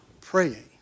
praying